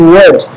Word